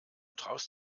traust